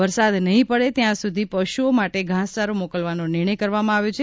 વરસાદ નહીં પડે ત્યાં સુધી પશુઓ માટે ઘાસચારો મોકલવાનો નિર્ણય કરવામાં આવ્યો છે